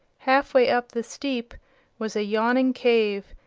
half way up the steep was a yawning cave,